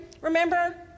Remember